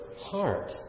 heart